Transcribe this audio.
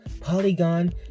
polygon